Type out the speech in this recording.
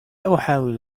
أحاول